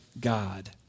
God